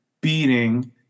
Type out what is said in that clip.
beating